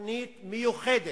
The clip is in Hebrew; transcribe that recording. תוכנית מיוחדת,